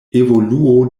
evoluo